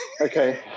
Okay